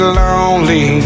lonely